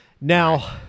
Now